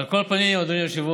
על כל פנים, אדוני היושב-ראש,